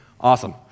Awesome